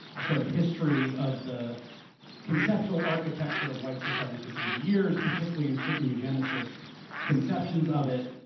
a sort of history of the conceptual architecture of white supremacy through the years, particular in certain eugenicists conceptions of it.